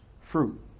fruit